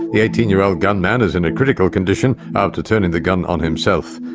the eighteen year old gunman is in a critical condition after turning the gun on himself.